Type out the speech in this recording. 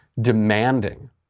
demanding